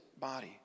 body